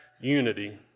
unity